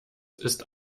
ist